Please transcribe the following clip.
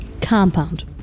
compound